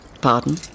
Pardon